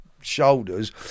shoulders